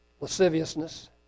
lasciviousness